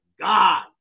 God